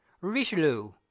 richelieu